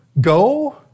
go